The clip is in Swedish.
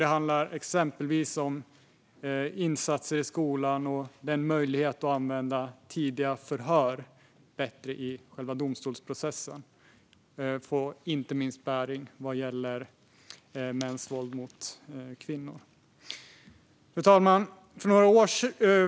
Det handlar exempelvis om insatser i skolan och möjligheten att använda tidiga förhör bättre i själva domstolsprocessen. Detta får bäring inte minst på mäns våld mot kvinnor. Fru talman!